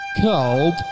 Cold